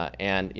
and, you